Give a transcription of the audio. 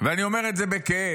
ואני אומר את זה בכאב.